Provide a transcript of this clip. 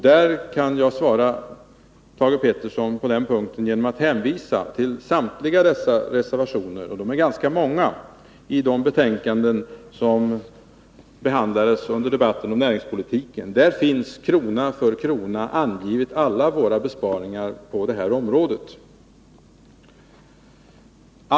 Jag kan svara Thage Peterson på den punkten genom att hänvisa till samtliga reservationer — och de är ganska många — i de betänkanden som behandlas under debatten om näringspolitiken. Där finns också alla våra besparingar på det här området angivna krona för krona.